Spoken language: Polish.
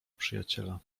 przyjaciela